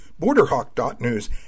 BorderHawk.News